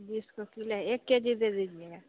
बीस को किलो है एक के जी दे दीजिएगा